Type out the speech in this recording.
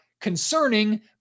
concerning